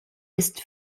ist